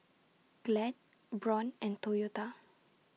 Glad Braun and Toyota